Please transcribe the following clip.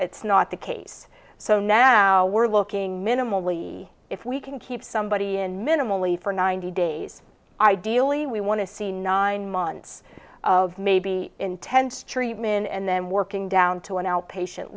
it's not the case so now we're looking minimally if we can keep somebody in minimally for ninety days ideally we want to see nine months of maybe intense treatment and then working down to an outpatient